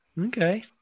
Okay